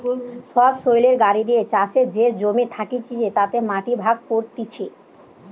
সবসৈলের গাড়ি দিয়ে চাষের যে জমি থাকতিছে তাতে মাটি ভাগ করতিছে